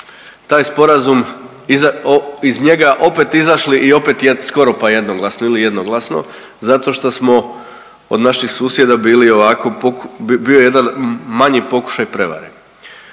taj sporazum iz njega opet izašli i opet skoro pa jednoglasno ili jednoglasno zato što smo od naših susjeda bili ovako, bio je jedan manji pokušaj prevare.